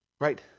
Right